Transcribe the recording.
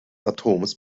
atoms